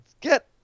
Get